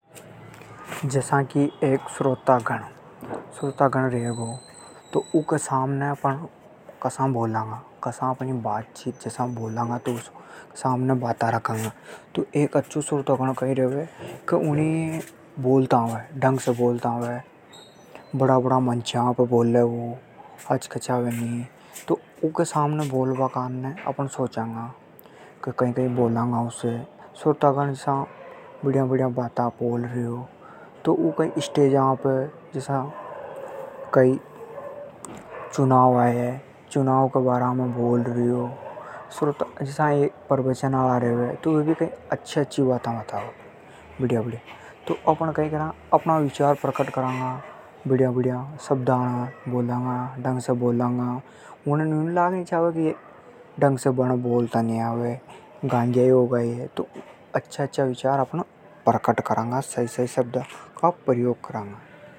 श्रोतागण। जसा एक श्रोतागण रेगो तो ऊके सामने कसा बोलांगा। ऊके सामने बाता रखांगा। ऊके सामने बोल बा से फैली सोचांगा अपण। कई बोला। अपण बढ़िया-बढ़िया बाता बोलांगा जदी अपण हे सुनेगा। अच्छा विचार प्रकट करेंगा।